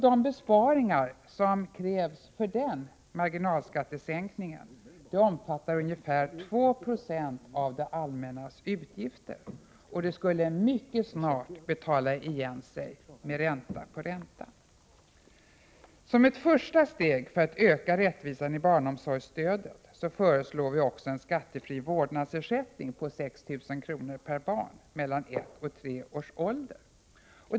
De besparingar som krävs för den marginalskattesänkningen omfattar ungefär 296 av det allmännas utgifter, och det skulle mycket snart betala igen sig med ränta på ränta. Som ett första steg för att öka rättvisan i barnomsorgsstödet föreslår vi också en skattefri vårdnadsersättning på 6 000 kr. per barn mellan ett och tre års ålder.